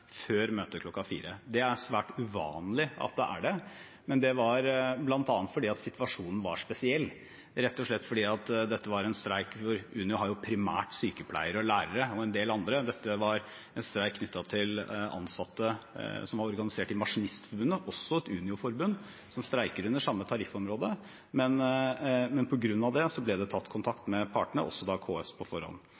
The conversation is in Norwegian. før møtet kl. 16. Det er svært uvanlig at det er det, men det var bl.a. fordi situasjonen var spesiell, rett og slett fordi dette var en streik knyttet til ansatte som er organisert i Maskinistforbundet, også et Unio-forbund, som streiker under samme tariffområde – Unio har primært sykepleiere og lærere og en del andre. På grunn av det ble det tatt kontakt med partene, også